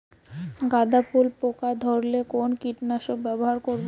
গাদা ফুলে পোকা ধরলে কোন কীটনাশক ব্যবহার করব?